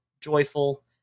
joyful